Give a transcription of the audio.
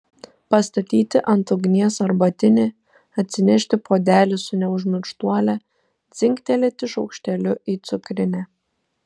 pastatyti ant ugnies arbatinį atsinešti puodelį su neužmirštuole dzingtelėti šaukšteliu į cukrinę